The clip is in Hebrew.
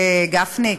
וגפני,